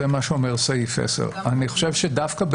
זה מה שאומר סעיף 10. אני חושב דווקא,